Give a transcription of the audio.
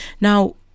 Now